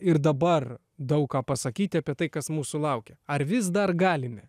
ir dabar daug ką pasakyti apie tai kas mūsų laukia ar vis dar galime